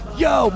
yo